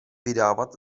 vydávat